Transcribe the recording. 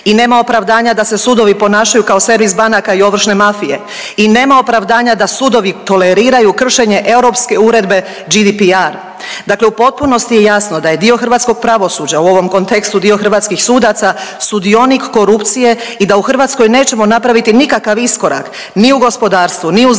i nema opravdanja da se sudovi ponašaju kao servis banaka i ovršne mafije i nema opravdanja da sudovi toleriraju kršenje Europske uredbe GDPR, dakle u potpunosti je jasno da je dio hrvatskog pravosuđa u ovom kontekstu dio hrvatskih sudaca sudionik korupcije i da u Hrvatskoj nećemo napraviti nikakav iskorak ni u gospodarstvu, ni u znanosti,